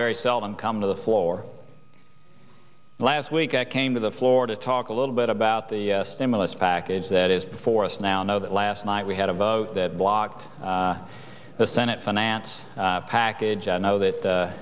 very seldom come to the floor last week i came to the floor to talk a little bit about the stimulus package that is before us now know that last night we had a vote that blocked the senate finance package i know that